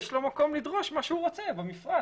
יש לו מקום לדרוש מה שהוא רוצה במפרט.